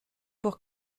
pour